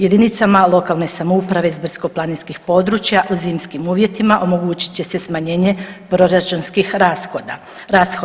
Jedinicama lokalne samouprave s brdsko-planinskim područjima, u zimskim uvjetima omogućit će se smanjenje proračunskih rashoda.